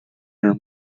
her